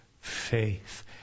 faith